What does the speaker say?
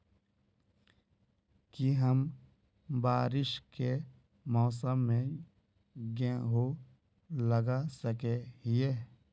की हम बारिश के मौसम में गेंहू लगा सके हिए?